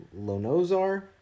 lonozar